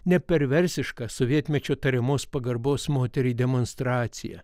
ne perversiškas sovietmečio tariamos pagarbos moteriai demonstracija